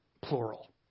plural